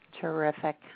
Terrific